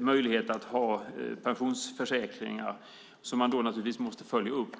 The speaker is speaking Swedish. möjlighet att ha pensionsförsäkringar, som man då naturligtvis måste följa upp.